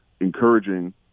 encouraging